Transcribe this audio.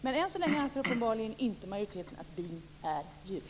Men än så länge anser uppenbarligen majoriteten att bin inte är djur.